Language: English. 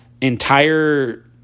entire